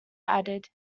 added